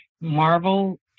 marvel